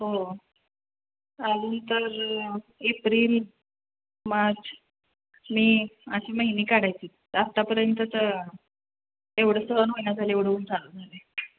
हो अजून तर एप्रिल मार्च मे असे महिने काढायचे आहेत आत्तापर्यंत तर एवढं सहन होईना झालं आहे एवढं ऊन चालू झालं आहे